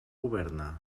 governa